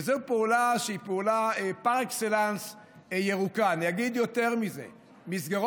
וזו פעולה שהיא פעולה ירוקה פר אקסלנס.